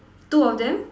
two of them